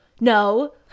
No